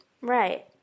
Right